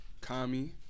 Kami